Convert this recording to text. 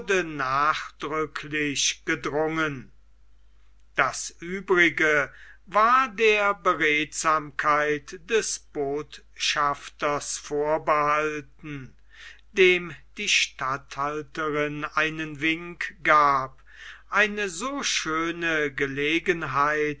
nachdrücklich gedrungen das uebrige war der beredsamkeit des botschafters vorbehalten dem die statthalterin einen wink gab eine so schöne gelegenheit